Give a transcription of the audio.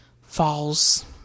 falls